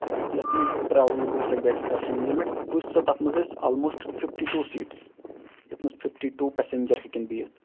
یَتھ منٛز بہٕ ٹراوٕل گوٚوس بہٕ اَکہِ دۄہ اٮ۪کٕسکرشن ییٚلہِ مےٚ وٕچھ سۄ تَتھ منٛز ٲسۍ آلموسٹ فِفٹی ٹوٗ سیٖٹٕس یَتھ منٛز فِفٹی ٹوٗ پیسینجر ہٮ۪کن بِہتھ